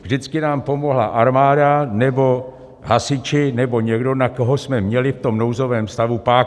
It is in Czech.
Vždycky nám pomohla armáda nebo hasiči nebo někdo, na koho jsme měli v tom nouzovém stavu páky.